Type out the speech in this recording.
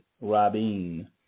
Rabin